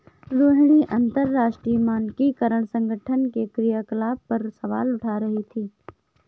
रोहिणी अंतरराष्ट्रीय मानकीकरण संगठन के क्रियाकलाप पर सवाल उठा रही थी